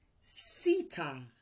sita